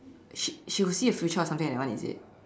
she she will see her future or something like that one is it